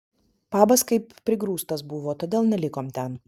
pabas kaip prigrūstas buvo todėl nelikom ten